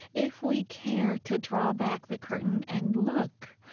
if we care to draw back the curtain and look,